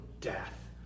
death